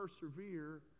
persevere